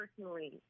personally